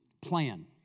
plan